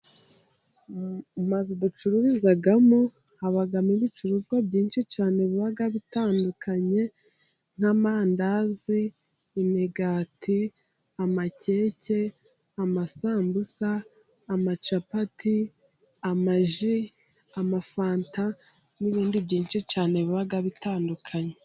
Amazu ducururizamo habamo ibicuruzwa byinshi cyane biba bitandukanye: nk'amandazi, imigati, amakeke, amasambusa, amacapati, amaji, amafanta n'ibindi byinshi cyane biba bitandukanye.